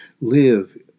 live